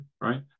right